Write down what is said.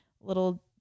Little